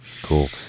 Cool